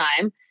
time